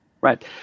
right